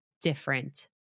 different